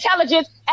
intelligence